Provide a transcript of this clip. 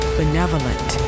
benevolent